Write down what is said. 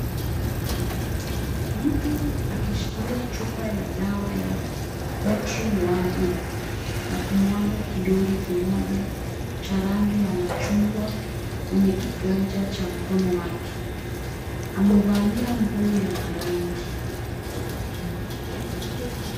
Mtu akishikilia chupa ya dawa ya Motren 1B na kumwaga kidonge kimoja cha rangi ya machungwa kwenye kiganja cha mkono wake. Amevalia nguo ya marangi.